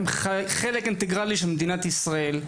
הם חלק אינטגרלי ממדינת ישראל,